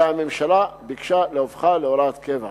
והממשלה ביקשה להופכה להוראת קבע,